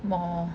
more